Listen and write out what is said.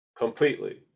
completely